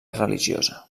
religiosa